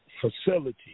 facility